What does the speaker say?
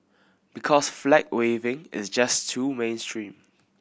because flag waving is just too mainstream